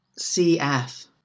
CF